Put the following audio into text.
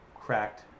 cracked